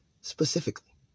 specifically